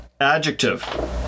Adjective